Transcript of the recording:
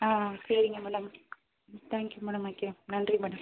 ஆ ஆ சரிங்க madam thank you madam வைக்கிறேன் நன்றி மேடம்